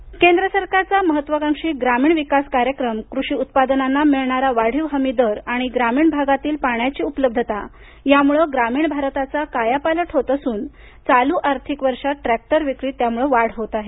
विक्री केंद्र सरकारचा महत्वाकांक्षी ग्रामीण विकास कार्यक्रम कृषी उत्पादनांना मिळणारा वाढीव हमी दर आणि ग्रामीण भागातील पाण्याची उपलब्धता यामुळे ग्रामीण भारताचा कायापालट होत असून त्यामुळे चालू आर्थिक वर्षात ट्रॅक्टर विक्रीत वाढ होत आहे